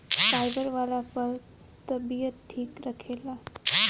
fibre वाला फल तबियत ठीक रखेला